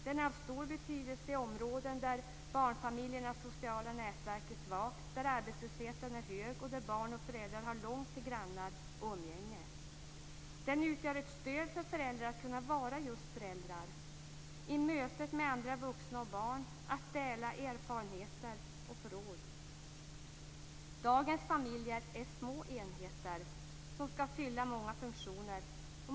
Den är av stor betydelse i områden där barnfamiljernas sociala nätverk är svagt, där arbetslösheten är hög och där barn och föräldrar har långt till grannar och umgänge. Den utgör ett stöd för föräldrar att kunna vara just föräldrar i mötet med andra vuxna och barn, att dela erfarenheter och få råd. Dagens familjer är små enheter som skall fylla många funktioner.